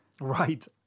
Right